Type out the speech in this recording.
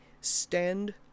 Stand